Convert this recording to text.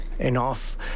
enough